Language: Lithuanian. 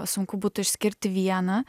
sunku būtų išskirti vieną